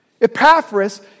Epaphras